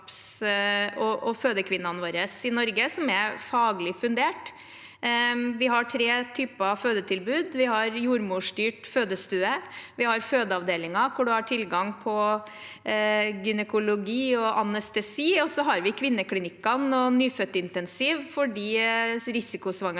fødekvinnene i Norge på. Vi har tre typer fødetilbud. Vi har jordmorstyrt fødestue, vi har fødeavdelinger hvor det er tilgang på gynekologi og anestesi, og så har vi kvin neklinikkene og nyfødtintensiv for risikosvangerskapene